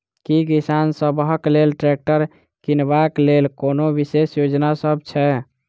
की किसान सबहक लेल ट्रैक्टर किनबाक लेल कोनो विशेष योजना सब छै?